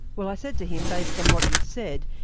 well, i said to him, based on what you've said,